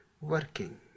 working